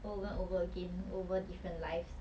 over and over again over different lives